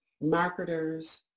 marketers